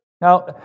Now